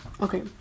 Okay